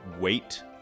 wait